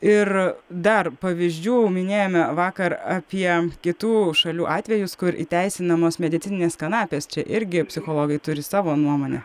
ir dar pavyzdžių minėjome vakar apie kitų šalių atvejus kur įteisinamos medicininės kanapės čia irgi psichologai turi savo nuomonę